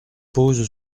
pose